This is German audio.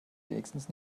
wenigstens